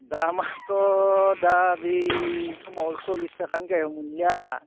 दामाथ' दा बे समाव सल्लिस थाखानि गाहायाव मोनलिया